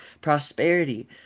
prosperity